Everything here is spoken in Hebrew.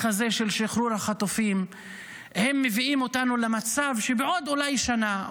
הזה של שחרור החטופים מביאים אותנו למצב שבעוד אולי שנה,